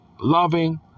loving